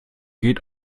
geht